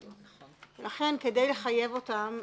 לכן, כדי לחייב אותן,